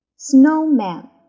Snowman